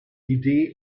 idee